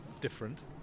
different